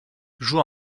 joue